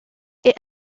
est